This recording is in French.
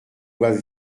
doivent